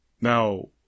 Now